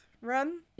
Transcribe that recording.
run